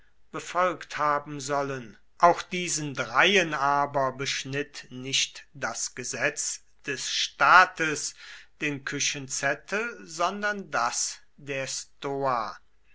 befolgt haben sollen auch diesen dreien aber beschnitt nicht das gesetz des staates den küchenzettel sondern das der stoa